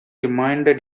reminded